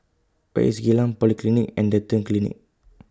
Where IS Geylang Polyclinic and Dental Clinic